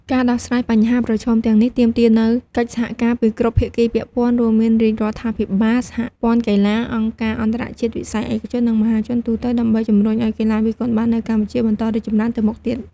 ការដោះស្រាយបញ្ហាប្រឈមទាំងនេះទាមទារនូវកិច្ចសហការពីគ្រប់ភាគីពាក់ព័ន្ធ រួមមានរាជរដ្ឋាភិបាល សហព័ន្ធកីឡា អង្គការអន្តរជាតិ វិស័យឯកជន និងមហាជនទូទៅ ដើម្បីជំរុញឱ្យកីឡាវាយកូនបាល់នៅកម្ពុជាបន្តរីកចម្រើនទៅមុខទៀត។